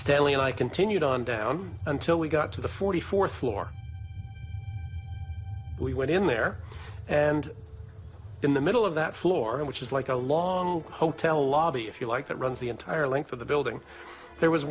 stanley and i continued on down until we got to the forty fourth floor we went in there and in the middle of that floor which is like a long hotel lobby if you like that runs the entire length of the building there was